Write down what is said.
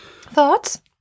Thoughts